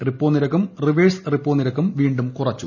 repo നിരക്കുംക്ക് reverse repo നിരക്കും വീണ്ടും കുറച്ചു